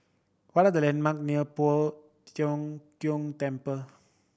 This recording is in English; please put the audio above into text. what are the landmark near Poh Tiong Tiong Temple